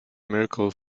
miracle